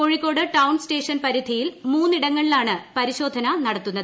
Kozhikode town station പരിധിയിൽ മൂന്ന് ഇടങ്ങളിലാണ് പരിശോധന നടത്തുന്നത്